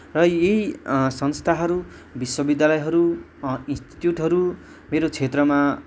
र यही संस्थाहरू विश्वविद्यालयहरू इन्स्टिट्युटहरू मेरो क्षेत्रमा